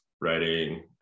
writing